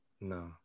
No